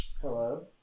Hello